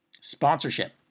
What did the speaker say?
sponsorship